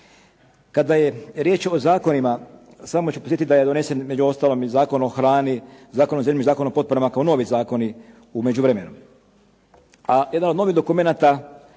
Kada je riječ o zakonima, samo ću podsjetiti da je donesen među ostalom i Zakon o hrani, Zakon o zemlji, Zakon o potporama kao novi zakoni u međuvremenu. A jedan od novih dokumenata